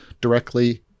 directly